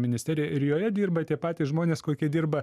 ministerija ir joje dirba tie patys žmonės kokie dirba